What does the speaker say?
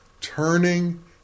turning